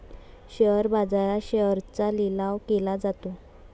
share बाजारात शेअर्सचा लिलाव केला जातो